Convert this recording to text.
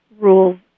rules